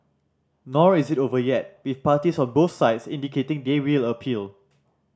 nor is it over yet with parties on both sides indicating they will appeal